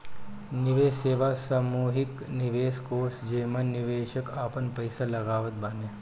निवेश सेवा सामूहिक निवेश कोष जेमे निवेशक आपन पईसा लगावत बाने